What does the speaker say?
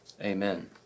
Amen